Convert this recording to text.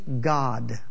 God